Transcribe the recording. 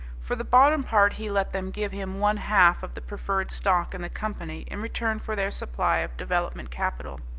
for the bottom part he let them give him one-half of the preferred stock in the company in return for their supply of development capital.